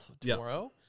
tomorrow